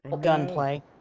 gunplay